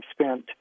spent